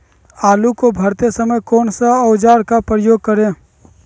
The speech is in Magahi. आलू को भरते समय कौन सा औजार का प्रयोग करें?